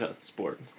sport